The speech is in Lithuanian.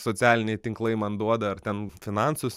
socialiniai tinklai man duoda ar ten finansus